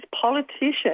politicians